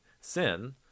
Sin